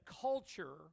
culture